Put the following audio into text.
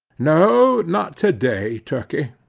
no, not to-day, turkey,